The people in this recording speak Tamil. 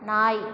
நாய்